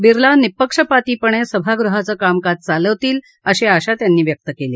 बिर्ला निपक्षःपातीपणे सभागृहाचं कामकाज चालवतील अशी आशा त्यांनी व्यक्त केली